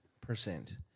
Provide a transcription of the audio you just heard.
percent